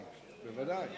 בוודאי.